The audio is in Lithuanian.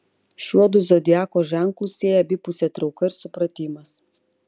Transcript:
šiuodu zodiako ženklus sieja abipusė trauka ir supratimas